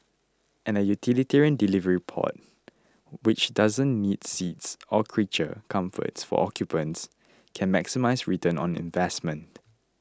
and a utilitarian delivery pod which doesn't need seats or creature comforts for occupants can maximise return on investment